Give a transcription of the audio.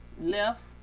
left